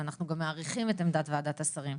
אנחנו גם מעריכים את עמדת ועדת השרים,